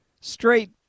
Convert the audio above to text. straight